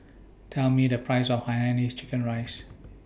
Tell Me The Price of Hainanese Chicken Rice